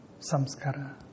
samskara